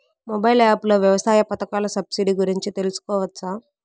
Mobile app లో వ్యవసాయ పథకాల సబ్సిడి గురించి తెలుసుకోవచ్చా?